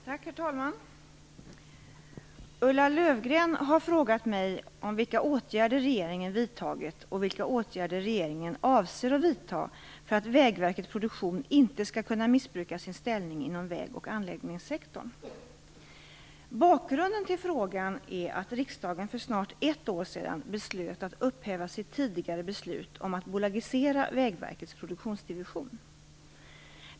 Herr talman! Ulla Löfgren har frågat mig om vilka åtgärder regeringen vidtagit och vilka åtgärder regeringen avser att vidta för att Vägverket Produktion inte skall kunna missbruka sin ställning inom väg och anläggningssektorn. Bakgrunden till frågan är att riksdagen för snart ett år sedan beslöt att upphäva sitt tidigare beslut om att bolagisera Vägverkets produktionsdivision.